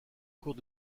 cours